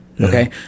Okay